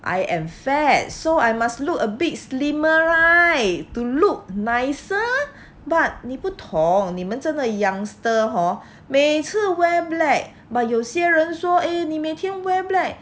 I am fat so I must look a bit slimmer right to look nicer but 你不同你们真的 youngster hor 每次 wear black but 有些人说 eh 你每天 wear black